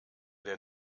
der